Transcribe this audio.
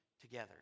together